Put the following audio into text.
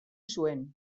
zuen